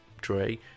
Dre